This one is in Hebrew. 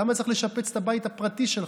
למה צריך לשפץ את הבית הפרטי שלך?